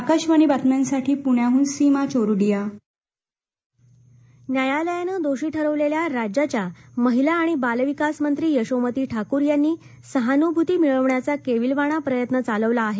आकाशवाणी बातम्यांसाठी सीमा चोरडीया प्णे ठाकर न्यायालयानं दोषी ठरवलेल्या राज्याच्या महिला आणि बालविकास मंत्री यशोमती ठाकूर यांनी सहानुभूती मिळवण्याचा केविलवाणा प्रयत्न चालवला आहे